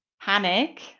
panic